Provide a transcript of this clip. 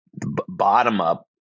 bottom-up